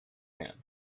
hand